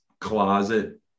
closet